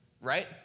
Right